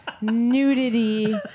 nudity